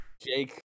Jake